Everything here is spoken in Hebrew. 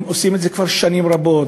הם עושים את זה כבר שנים רבות,